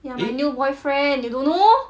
ya my new boyfriend you don't know